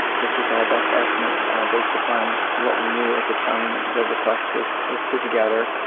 this was our best estimate based upon what we knew at the time, the request was was put together.